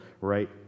right